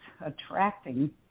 attracting